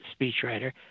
speechwriter